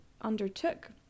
undertook